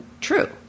true